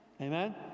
amen